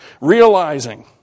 realizing